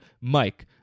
Mike